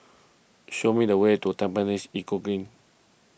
show me the way to Tampines Eco Green